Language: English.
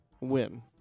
win